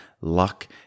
luck